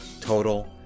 total